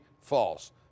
false